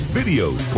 videos